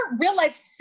real-life